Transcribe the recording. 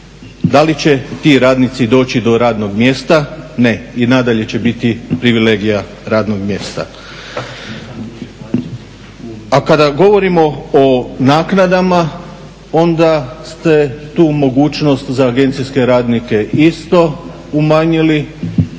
Da li će ti radnici doći do radnog mjesta? Ne, i nadalje će biti privilegija radnog mjesta. A kada govorimo o naknadama, onda ste tu mogućnost za agencijske radnike isto umanjili